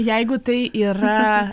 jeigu tai yra